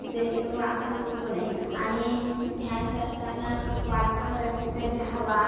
जेणेकरून आपण चुकू नये आणि ध्यान करताना वातावरणाची सर्दी हवा